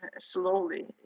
slowly